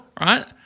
right